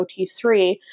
OT3